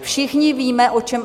Všichni víme, o čem...